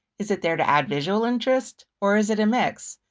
is it there to add visual interest? or is it a mix?